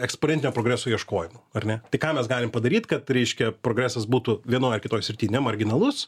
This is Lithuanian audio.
eksponentinio progreso ieškojimu ar ne tai ką mes galim padaryt kad reiškia progresas būtų vienoj ar kitoj srity ne originalus